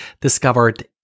discovered